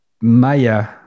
Maya